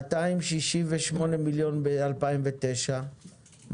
268 מיליון ב-2009,